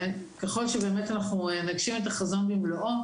ככל שבאמת אנחנו נגשים את החזון במלואו